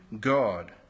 God